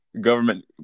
Government